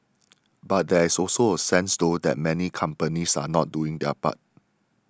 but there is also a sense though that many companies are not doing their part